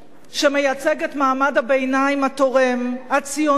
שמייצג את מעמד הביניים התורם, הציוני,